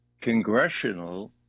congressional